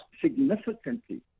significantly